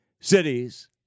cities